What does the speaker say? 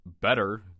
better